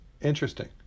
Interesting